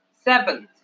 seventh